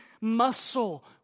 muscle